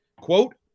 quote